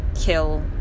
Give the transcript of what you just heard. kill